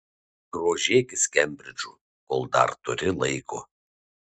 grožėkis kembridžu kol dar turi laiko